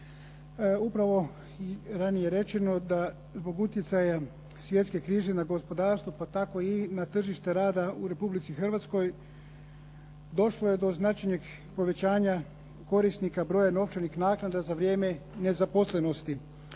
Upravo i ranije rečeno da zbog utjecaja svjetske krize na gospodarstvo, pa tako i na tržište rada u Republici Hrvatskoj došlo je do značajnog povećanja korisnika broja novčanih naknada za vrijeme nezaposlenosti.